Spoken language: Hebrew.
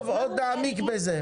טוב, עוד נעמיק בזה.